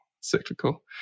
cyclical